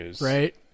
right